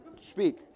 speak